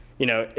you know.